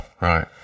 Right